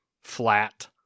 flat